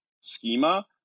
schema